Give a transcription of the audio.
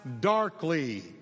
darkly